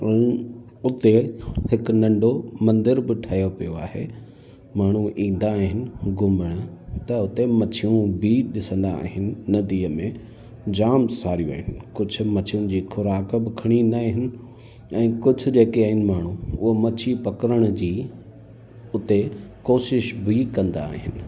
उन उते हिकु नंढो मंदरु बि ठहियो पियो आहे माण्हू ईंदा आहिनि घुमणु त उते मछियूं बि ॾिसंदा आहिनि नदीअ में जामु सारियूं आहिनि कुझु मछियुनि जी ख़ोराक बि खणी ईंदा आहिनि ऐं कुझु जेके आहिनि माण्हू उहो मछी पकड़ण जी उते कोशिशि बि कंदा आहिनि